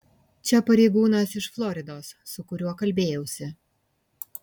čia pareigūnas iš floridos su kuriuo kalbėjausi